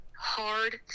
hard